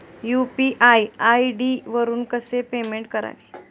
UPI ID वापरून कसे payment करावे?